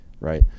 right